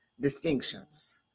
distinctions